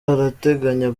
arateganya